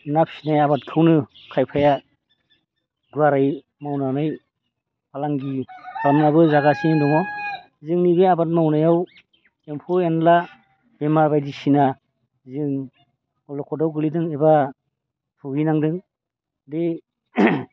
ना फिसिनाय आबादखौनो खायफाया गुवारै मावनानै फालांगि खालामनानैबो जागासिनो दङ जोंनि बे आबाद मावनायाव एम्फौ एनला बेमार बायदिसिना जों अलखदाव गोग्लैदों एबा भुगिनांदों दि